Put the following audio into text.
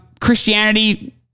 Christianity